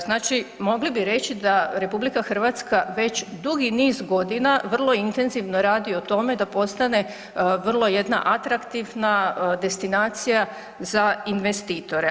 Znači mogli bi reći da RH već dugi niz godina vrlo intenzivno radi o tome da postane vrlo jedna atraktivna destinacija za investitore.